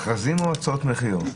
מכרזים או הצעות מחיר?